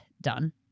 done